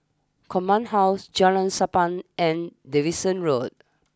Command house Jalan Sappan and Davidson Road